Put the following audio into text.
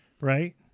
right